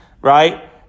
right